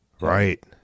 Right